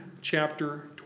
chapter